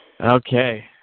Okay